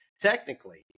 technically